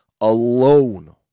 alone